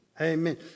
Amen